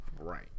Right